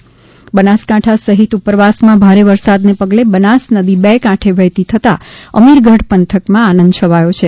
બનાસ નદી બે કાંઠે બનાસકાંઠા સહિત ઉપરવાસમાં ભારે વરસાદને પગલે બનાસ નદી બે કાંઠે વહેતી થતા અમીરગઢ પંથકમાં આનંદ છવાયો છે